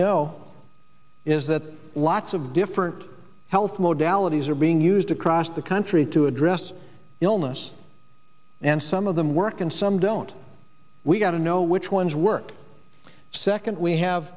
know is that lots of different health mode allergies are being used across the country to address illness and some of them work and some don't we've got to know which ones work second we have